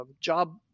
job